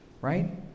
Right